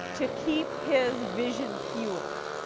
to keep his vision fueled,